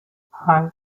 hei